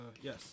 yes